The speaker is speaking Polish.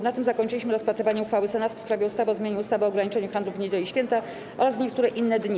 Na tym zakończyliśmy rozpatrywanie uchwały Senatu w sprawie ustawy o zmianie ustawy o ograniczeniu handlu w niedziele i święta oraz w niektóre inne dni.